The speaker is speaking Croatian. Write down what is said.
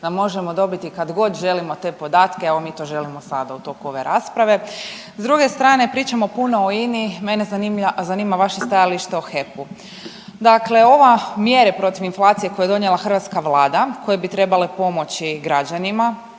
da možemo dobiti kad god želimo te podatke, evo mi to želimo sada u toku ove rasprave. S druge strane pričamo puno o INI, mene zanima vaše stajalište o HEP-u. Dakle, ova mjere protiv inflacije koje je donijela hrvatska Vlade koje bi trebale pomoći građanima